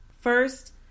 first